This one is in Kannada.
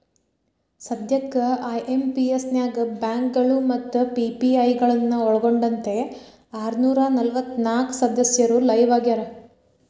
ಸದ್ಯಕ್ಕ ಐ.ಎಂ.ಪಿ.ಎಸ್ ನ್ಯಾಗ ಬ್ಯಾಂಕಗಳು ಮತ್ತ ಪಿ.ಪಿ.ಐ ಗಳನ್ನ ಒಳ್ಗೊಂಡಂತೆ ಆರನೂರ ನಲವತ್ನಾಕ ಸದಸ್ಯರು ಲೈವ್ ಆಗ್ಯಾರ